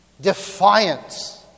defiance